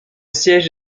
siège